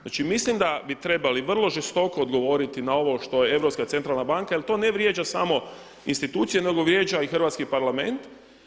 Znači mislim da bi trebali vrlo žestoko odgovoriti na ovo što Europska centralna banka jer to ne vrijeđa samo institucije, nego vrijeđa i hrvatski Parlament.